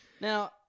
Now